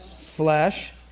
Flesh